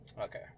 okay